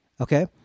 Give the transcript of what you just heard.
okay